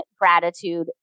gratitude